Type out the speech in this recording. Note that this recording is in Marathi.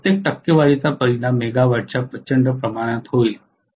कारण प्रत्येक टक्केवारीचा परिणाम मेगावाटच्या प्रचंड प्रमाणात होईल